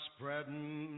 Spreading